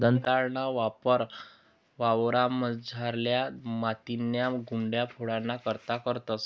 दंताळाना वापर वावरमझारल्या मातीन्या गुठया फोडाना करता करतंस